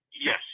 Yes